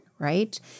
Right